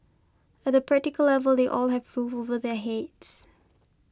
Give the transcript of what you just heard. at the practical level they all have over their heads